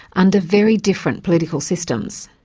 under very different political systems.